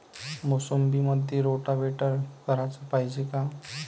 मोसंबीमंदी रोटावेटर कराच पायजे का?